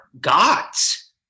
gods